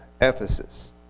Ephesus